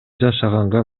жашаганга